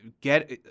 get